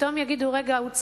פתאום יגידו: רגע, הוא צדק,